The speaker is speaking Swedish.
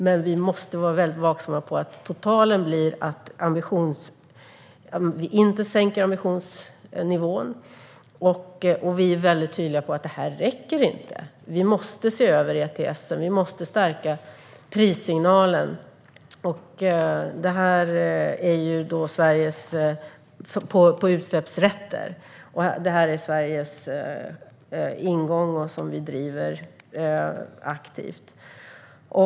Men vi måste vara väldigt vaksamma på att totalen blir att vi inte sänker ambitionsnivån. Vi är också mycket tydliga med att det inte räcker. Vi måste se över ETS, och vi måste stärka prissignalen när det gäller utsläppsrätter. Det är Sveriges utgångspunkt, och vi driver detta aktivt.